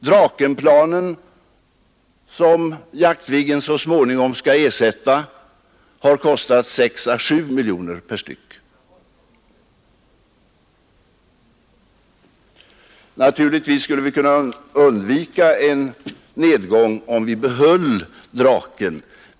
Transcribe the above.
Drakenplanen, som Jaktviggen så småningom skall ersätta, har kostat 6 å 7 miljoner kronor per styck. Naturligtvis skulle vi kunna undvika en nedgång, om vi behöll Draken.